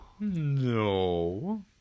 No